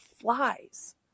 flies